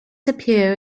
appear